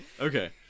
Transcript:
Okay